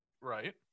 Right